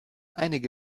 einige